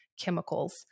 chemicals